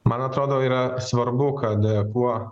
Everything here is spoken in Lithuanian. man atrodo yra svarbu kad kuo